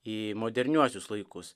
į moderniuosius laikus